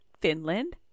Finland